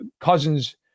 Cousins